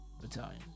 battalion